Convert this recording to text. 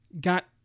got